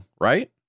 right